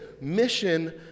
Mission